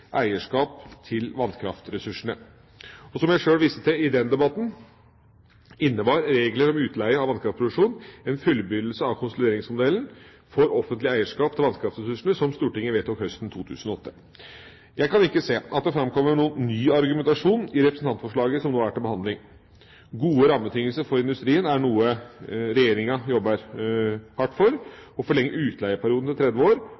eierskap til vannkraftressursene. Som jeg sjøl viste til i den debatten, innebar regler om utleie av vannkraftproduksjon en fullbyrdelse av konsolideringsmodellen for offentlig eierskap til vannkraftressursene, som Stortinget vedtok høsten 2008. Jeg kan ikke se at det framkommer noen ny argumentasjon i representantforslaget som nå er til behandling. Gode rammebetingelser for industrien er noe regjeringa jobber hardt for. Å forlenge utleieperioden til 30 år